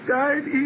died